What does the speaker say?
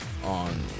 on